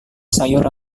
sayur